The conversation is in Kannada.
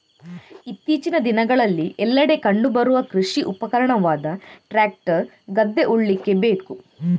ಇತ್ತೀಚಿನ ದಿನಗಳಲ್ಲಿ ಎಲ್ಲೆಡೆ ಕಂಡು ಬರುವ ಕೃಷಿ ಉಪಕರಣವಾದ ಟ್ರಾಕ್ಟರ್ ಗದ್ದೆ ಉಳ್ಳಿಕ್ಕೆ ಬೇಕು